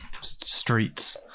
streets